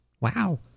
Wow